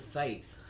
faith